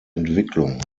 entwicklung